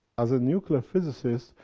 as a nuclear physicist,